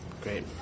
great